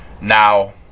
Now